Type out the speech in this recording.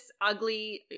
ugly